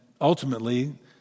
ultimately